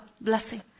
Blessing